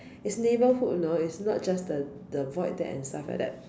it's neighbourhood you know it's not just the the void deck and stuff like that